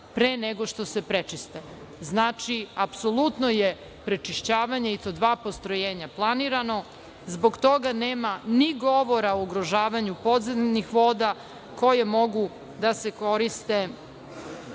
pre nego što se prečisti. Znači, apsolutno je prečišćavanje, i to dva postrojenja, planirano. Zbog toga nema ni govora o ugrožavanju podzemnih voda koje mogu da se koriste